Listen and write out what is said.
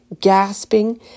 gasping